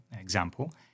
example